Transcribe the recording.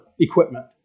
equipment